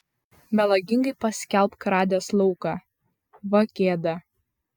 melagingai paskelbk radęs lauką va gėda